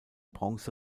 bronze